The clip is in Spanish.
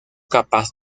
capaz